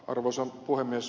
arvoisa puhemies